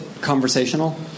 Conversational